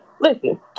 listen